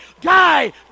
die